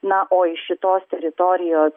na o iš šitos teritorijos